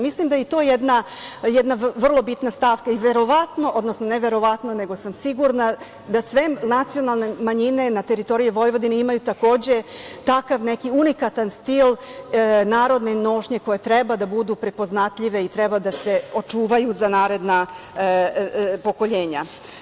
Mislim da je i to jedna vrlo bitna stavka i sigurna sam da sve nacionalne manjine na teritoriji Vojvodine imaju takođe takav neki unikatan stil narodne nošnje koje treba da budu prepoznatljive i treba da se očuvaju za naredna pokolenja.